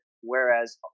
whereas